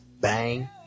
Bang